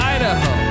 Idaho